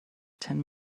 ten